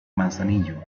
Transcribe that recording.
manzanillo